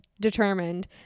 determined